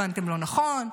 הבנתם לא נכון.